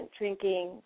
drinking